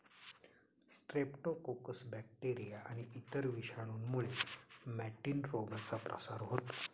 Streptococcus bacteria आणि इतर विषाणूंमुळे मॅटिन रोगाचा प्रसार होतो